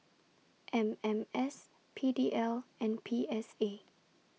M M S P D L and P S A